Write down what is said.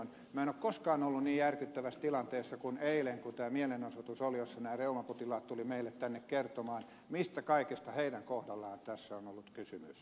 minä en ole koskaan ollut niin järkyttävässä tilanteessa kuin eilen kun tämä mielenosoitus oli jossa nämä reumapotilaat tulivat meille tänne kertomaan mistä kaikesta heidän kohdallaan tässä on ollut kysymys